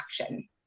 action